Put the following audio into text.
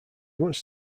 wants